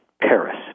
Paris